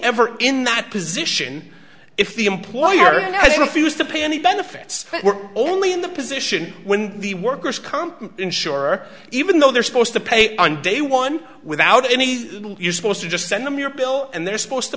ever in that position if the employer has a fuse to pay any benefits but we're only in the position when the workers comp insurer even though they're supposed to pay on day one without any you're supposed to just send them your bill and they're supposed to